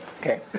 Okay